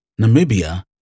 Namibia